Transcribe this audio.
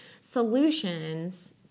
solutions